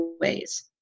ways